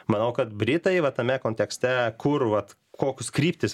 manau kad britai va tame kontekste kur vat kokius kryptis